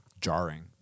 jarring